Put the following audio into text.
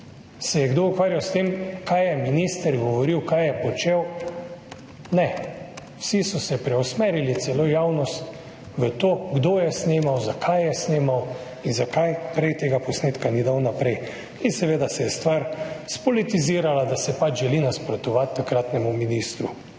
Se je kdo ukvarjal s tem, kaj je minister govoril, kaj je počel? Ne. Vsi so se preusmerili, celo javnost, v to, kdo je snemal, zakaj je snemal in zakaj tega posnetka ni dal naprej prej. In seveda se je stvar spolitizirala, da se pač želi nasprotovati takratnemu ministru.